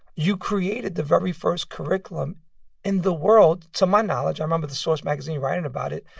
you created the very first curriculum in the world to my knowledge, i remember the source magazine writing about it.